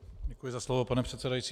Děkuji za slovo, pane předsedající.